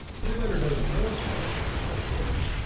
the letter doesn't tell us much, said forbes,